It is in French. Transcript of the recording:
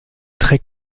très